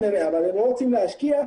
אבל הם לא רוצים להשקיע.